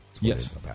Yes